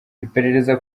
iperereza